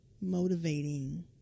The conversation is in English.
motivating